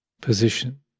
position